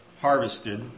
harvested